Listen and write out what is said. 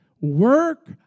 Work